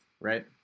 right